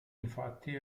infatti